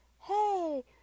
hey